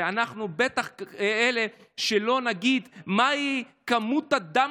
ואנחנו בטח לא אלה שנגיד מהי כמות הדם